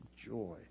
joy